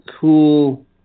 cool